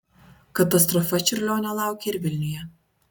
katastrofa čiurlionio laukė ir vilniuje